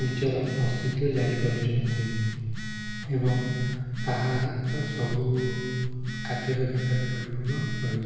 ନିଜର ଅସ୍ତିତ୍ଵ ଜାରି କରିଛନ୍ତି ଏବଂ ତାହା ସବୁ କାର୍ଯ୍ୟ ଦକ୍ଷତାରେ ପରିପୂର୍ଣ୍ଣ ରହିଛି